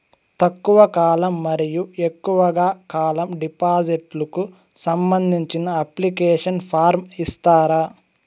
తక్కువ కాలం మరియు ఎక్కువగా కాలం డిపాజిట్లు కు సంబంధించిన అప్లికేషన్ ఫార్మ్ ఇస్తారా?